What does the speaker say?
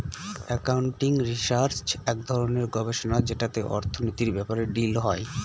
accounting research এক ধরনের গবেষণা যেটাতে অর্থনীতির ব্যাপারে ডিল হয়